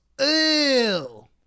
Ew